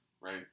right